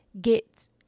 get